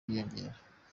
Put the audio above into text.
kwiyongera